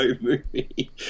movie